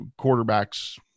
quarterbacks